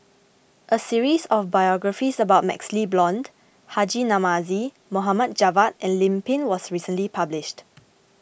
a series of biographies about MaxLe Blond Haji Namazie Mohd Javad and Lim Pin was recently published